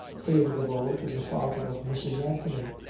favourable to the father of mrs. anthony.